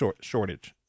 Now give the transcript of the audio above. shortage